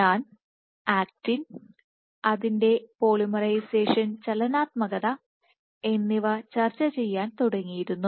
ഞാൻ ആക്റ്റിൻ അതിന്റെ polymerisation dynamics എന്നിവ ചർച്ച ചെയ്യാൻ തുടങ്ങിയിരുന്നു